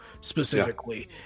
specifically